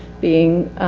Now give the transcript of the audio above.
being,